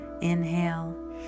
Inhale